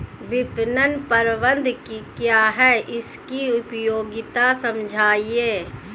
विपणन प्रबंधन क्या है इसकी उपयोगिता समझाइए?